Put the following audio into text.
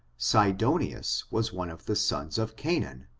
sidonius was one of the sons of cancuin,